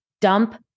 dump